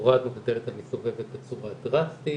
הורדנו את הדלת המסתובבת בצורה דרסטית,